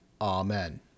Amen